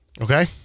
Okay